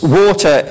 water